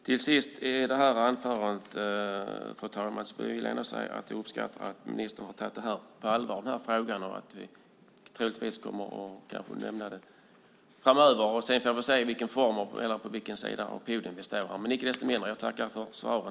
Avslutningsvis vill jag, fru talman, säga att jag uppskattar att ministern tagit frågan på allvar. Sedan får vi väl se på vilken sida av podiet vi står framöver. Icke desto mindre tackar jag för svaret.